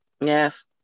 Yes